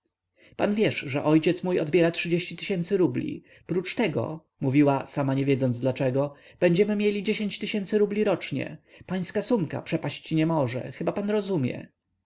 pan wiesz że ojciec mój odbiera rubli prócz tego mówiła sama nie wiedząc dlaczego będziemy mieli dziesięć tysięcy rubli rocznie pańska sumka przepaść nie może chyba pan rozumie